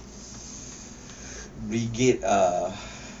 brigade ah